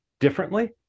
differently